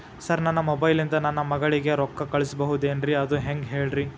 sir ನನ್ನ mobile ಇಂದ ನನ್ನ ಮಗಳಿಗೆ ರೊಕ್ಕಾ ಕಳಿಸಬಹುದೇನ್ರಿ ಅದು ಹೆಂಗ್ ಹೇಳ್ರಿ